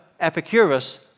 Epicurus